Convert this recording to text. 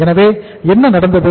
எனவே என்ன நடந்தது